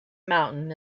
mountain